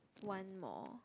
one more